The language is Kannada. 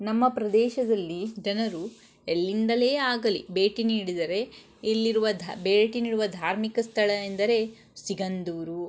ನಮ್ಮ ಪ್ರದೇಶದಲ್ಲಿ ಜನರು ಎಲ್ಲಿಂದಲೇ ಆಗಲಿ ಭೇಟಿ ನೀಡಿದರೆ ಇಲ್ಲಿರುವ ಧ ಭೇಟಿ ನೀಡುವ ಧಾರ್ಮಿಕ ಸ್ಥಳ ಎಂದರೆ ಸಿಗಂದೂರು